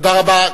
תודה רבה.